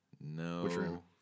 No